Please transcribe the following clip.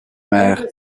mère